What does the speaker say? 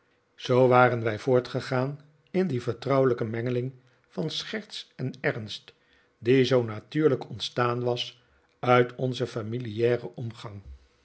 zoo waren wij voortgegaan in die vertrouwelijke mengeling van scherts en ernst die zoo natuurlijk ontstaan was uit onzen familiaren omgang